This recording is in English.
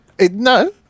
No